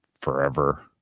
forever